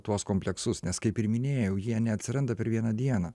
tuos kompleksus nes kaip ir minėjau jie neatsiranda per vieną dieną